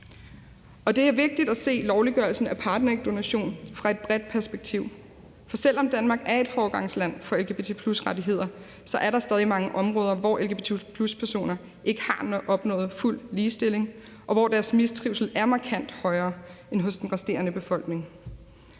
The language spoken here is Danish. det er vigtigt at se lovliggørelsen af partnerægdonation fra et bredt perspektiv. For selv om Danmark er et foregangsland for lgbt+ rettigheder, er der stadig mange områder, hvor lgbt+-personer ikke har opnået fuld ligestilling, og hvor deres mistrivsel er markant højere end hos den resterende del